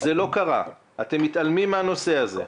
זה לא קרה, אתם מתעלמים מהנושא הזה.